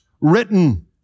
written